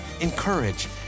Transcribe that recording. encourage